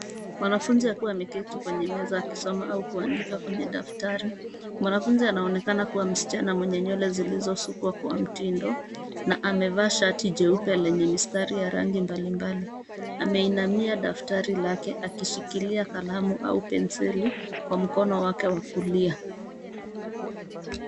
Mwanafunzi akiwa ameketi kwenye meza akisoma au kuandika kwenye daftari, mwanafunzi anaonekana kuwa msichana mwenye nywele zilizosukwa kwa mtindo, na amevaa shati jeupe lenye mistari ya rangi mbali mbali, ameinamia daftari lake akishikilia kalamu au penseli, kwa mkono wake wa kulia.